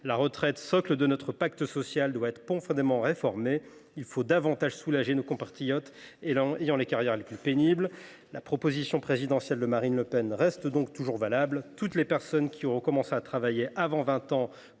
La retraite, socle de notre pacte social, doit être profondément réformée. Il faut davantage soulager ceux de nos compatriotes qui effectuent les carrières les plus pénibles. La proposition présidentielle de Marine Le Pen reste donc toujours valable. Toutes les personnes qui auront commencé à travailler avant 20 ans